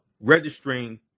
registering